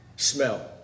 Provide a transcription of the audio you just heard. smell